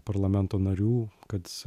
parlamento narių kad